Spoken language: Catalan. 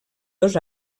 dos